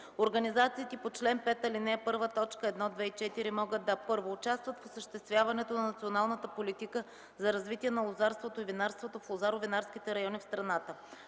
Организациите по чл. 5, ал. 1, т. 1, 2 и 4 могат да: 1. участват в осъществяването на националната политика за развитие на лозарството и винарството и лозаро-винарските райони в страната;